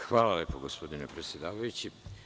Hvala lepo gospodine predsedavajući.